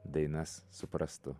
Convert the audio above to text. dainas suprastų